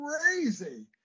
crazy